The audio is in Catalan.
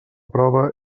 prova